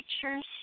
pictures